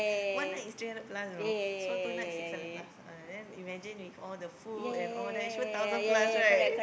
one night is three hundred plus you know so two nights six hundred plus uh then imagine with all the food and all that sure thousand plus right